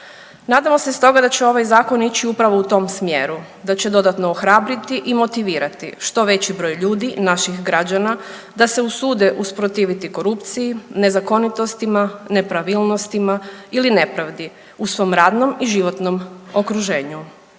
Nadamo se stoga da će ovaj zakon ići upravo u tom smjeru, da će dodatno ohrabriti i motivirati što veći broj ljudi, naših građana, da se usude usprotiviti korupciji, nezakonitostima, nepravilnostima ili nepravdi u svom radnom i životnom okruženju.